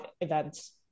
events